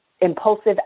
impulsive